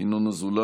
בעד, ינון אזולאי,